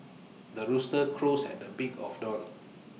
the rooster crows at the beak of dawn